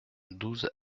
douze